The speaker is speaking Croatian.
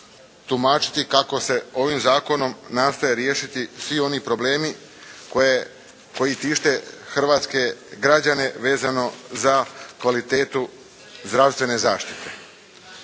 tumačiti kako se ovim zakonom nastoje riješiti svi oni problemi koji tište hrvatske građane vezano za kvalitetu zdravstvene zaštite.